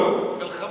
לא, כל, מלחמות.